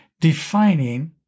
defining